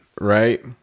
Right